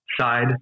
side